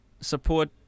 support